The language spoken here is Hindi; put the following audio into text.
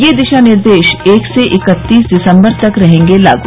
ये दिशा निर्देश एक से इकत्तीस दिसम्बर तक रहेंगे लागू